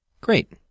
Great